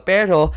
Pero